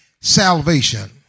salvation